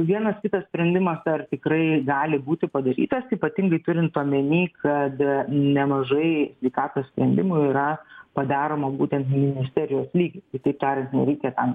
vienas kitas sprendimas dar tikrai gali būti padarytas ypatingai turint omeny kad nemažai sveikatos sprendimų yra padaroma būtent ministerijos lygy kitaip tariant nereikia ten